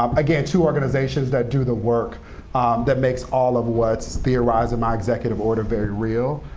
um again, two organizations that do the work that makes all of what's theorized in my executive order very real.